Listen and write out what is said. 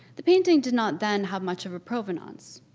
the painting did not then have much of a provenance.